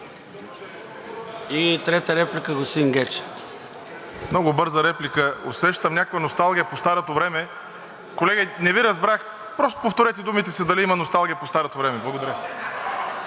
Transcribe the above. ДЖЕЙХАН ИБРЯМОВ (ДПС): Много бърза реплика. Усещам някаква носталгия по старото време. Колега, не Ви разбрах. Просто повторете думите си – дали има носталгия по старото време. Благодаря.